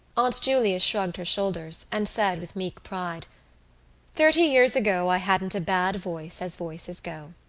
aunt julia shrugged her shoulders and said with meek pride thirty years ago i hadn't a bad voice as voices go.